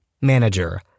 Manager